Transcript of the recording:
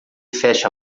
feche